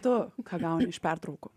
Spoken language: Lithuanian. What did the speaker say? tu ką gauni iš pertraukų